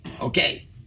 Okay